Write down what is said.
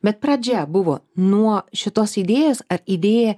bet pradžia buvo nuo šitos idėjos ar idėja